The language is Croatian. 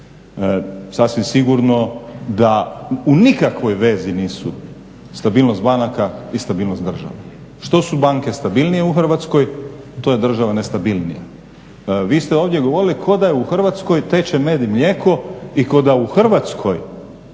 Sasvim sigurno da u nikakvoj vezi nisu stabilnost banaka i stabilnost države. Što su banke stabilnije u Hrvatskoj to je država nestabilnija. Vi ste ovdje govorili kao da u Hrvatskoj teče med i mlijeko i kao da u Hrvatskoj